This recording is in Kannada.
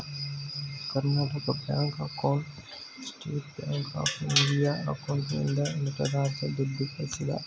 ಕರ್ನಾಟಕ ಬ್ಯಾಂಕ್ ಅಕೌಂಟ್ಗೆ ಸ್ಟೇಟ್ ಬ್ಯಾಂಕ್ ಆಫ್ ಇಂಡಿಯಾ ಅಕೌಂಟ್ನಿಂದ ನಟರಾಜ ದುಡ್ಡು ಕಳಿಸಿದ